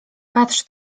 patrz